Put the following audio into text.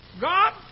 God